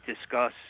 discuss